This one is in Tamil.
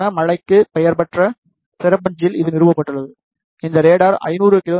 கனமழைக்கு பெயர்பெற்ற செரபுஞ்சியில் இது நிறுவப்பட்டுள்ளது இந்த ரேடார் 500 கி